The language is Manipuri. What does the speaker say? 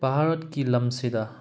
ꯚꯥꯔꯠꯀꯤ ꯂꯝꯁꯤꯗ